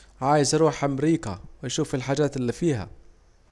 عايز اروح امريكا واشوف الحاجات الي فيها